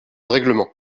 règlement